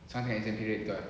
some exaggerate tak